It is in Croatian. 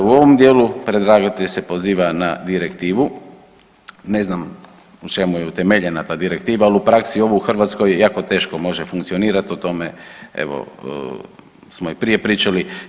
U ovom dijelu predlagatelj se poziva na direktivu, ne znam u čemu je utemeljena ta direktiva, al u praksi ovo u Hrvatskoj jako teško može funkcionirat, o tome evo smo i prije pričali.